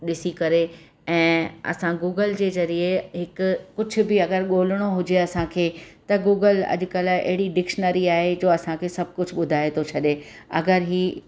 ॾिसी करे ऐं असां गूगल जे ज़रिए हिकु कुझ बि अगरि ॻोल्हणो हुजे असांखे त गूगल अॼुकल्ह अहिड़ी डिक्शनरी आहे जो असांखे सभु कुझु ॿुधाए थो छॾे अगरि हीअ